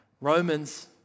Romans